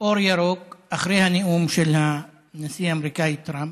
אור ירוק אחרי הנאום של הנשיא האמריקני טראמפ,